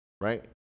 Right